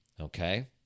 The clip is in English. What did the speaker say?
Okay